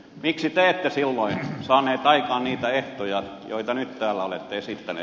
miksi te ette silloin saanut aikaan niitä ehtoja joita nyt täällä olette esittänyt